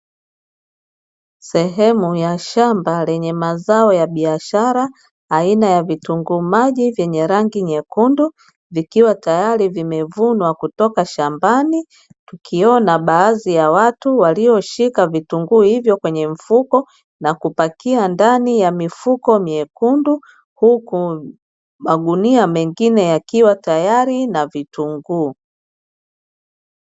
Sehemu ya shamba yenye mazao ya biashara aina ya vitunguu maji yenye rangi nyekundu vikiwa tayari vimevunwa kutoka shambani. Tukiona baadhi ya watu walioshika vitunguu hivyo kwenye mifuko na kupakia ndani ya mifuko myekundu, huku magunia mengine yakiwa tayari na vitunguu.